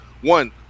One